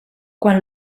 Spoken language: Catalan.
quan